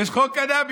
יש חוק קנביס.